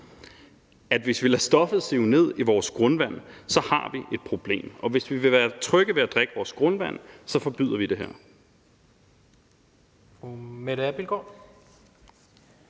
at hvis vi lader stoffet sive ned i vores grundvand, har vi et problem, og hvis vi vil være trygge ved at drikke vores grundvand, forbyder vi det her.